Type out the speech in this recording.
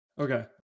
okay